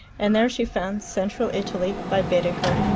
and there she found central italy, by baedeker,